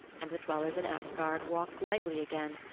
and the dwellers in asgard walked lightly again,